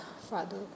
father